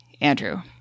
Andrew